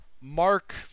mark